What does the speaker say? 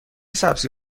سبزی